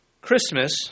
Christmas